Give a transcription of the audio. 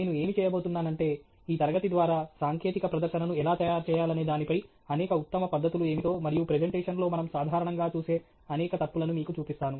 నేను ఏమి చేయబోతున్నానంటే ఈ తరగతి ద్వారా సాంకేతిక ప్రదర్శనను ఎలా తయారు చేయాలనే దాని పై అనేక ఉత్తమ పద్ధతులు ఏమిటో మరియు ప్రెజెంటేషన్ లో మనం సాధారణంగా చూసే అనేక తప్పులను మీకు చూపిస్తాను